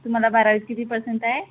तुम्हाला बारावीत किती पर्सेंट आहे